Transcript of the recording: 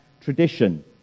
tradition